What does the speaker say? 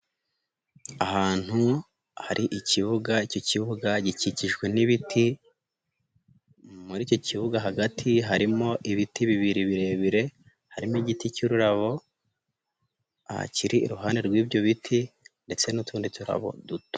Ahantu hari ikibuga iki kibuga gikikijwe n'ibiti, muri iki kibuga hagati harimo ibiti bibiri birebire harimo igiti cy'ururabo, aha kiri iruhande rw'ibyo biti ndetse n'utundi turabo duto.